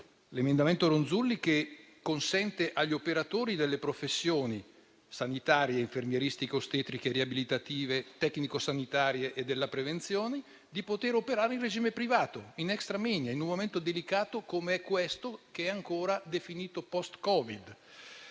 senatrice Ronzulli, che consente agli operatori delle professioni sanitarie, infermieristiche, ostetriche, riabilitative, tecnico-sanitarie e della prevenzione di operare in regime privato, *extra moenia*, in un momento delicato come questo, che è ancora definito come post-Covid,